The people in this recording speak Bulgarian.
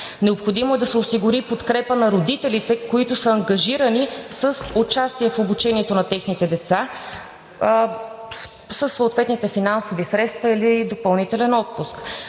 Необходимо е да се осигури подкрепа на родителите, които са ангажирани с участие в обучението на техните деца със съответните финансови средства или допълнителен отпуск.